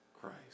Christ